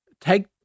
take